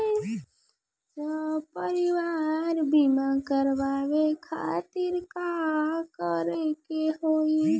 सपरिवार बीमा करवावे खातिर का करे के होई?